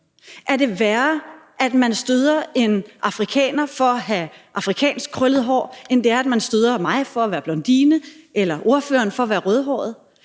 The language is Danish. Er det værre, at man støder en afrikaner for at have afrikansk krøllet hår, end det er, at man støder mig for at være blondine eller ordføreren for at være rødhåret?